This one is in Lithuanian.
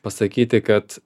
pasakyti kad